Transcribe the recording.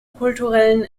kulturellen